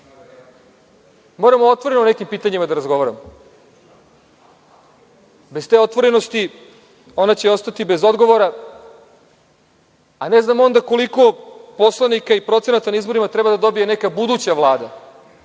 Moramo otvoreno o nekim pitanjima da razgovaramo. Bez te otvorenosti, ona će ostati bez odgovora, a ne znam onda koliko poslanika i procenata na izborima treba da dobije neka buduća vlada